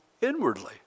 inwardly